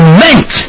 meant